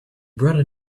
brought